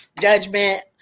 judgment